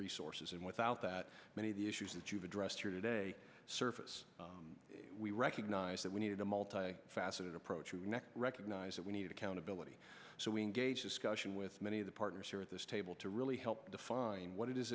resources and without that many of the issues that you've addressed here today surface we recognize that we need a multi faceted approach recognize that we need accountability so we engage discussion with many of the partners here at this table to really help define what it is